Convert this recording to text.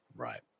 Right